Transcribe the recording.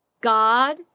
God